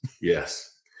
Yes